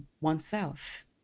oneself